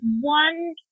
one